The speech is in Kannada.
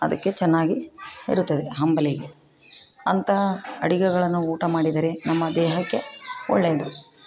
ಅದಕ್ಕೆ ಚೆನ್ನಾಗಿ ಇರುತ್ತದೆ ಅಂಬಲಿಗೆ ಅಂಥಾ ಅಡಿಗೆಗಳನ್ನು ಊಟ ಮಾಡಿದರೆ ನಮ್ಮ ದೇಹಕ್ಕೆ ಒಳ್ಳೇದು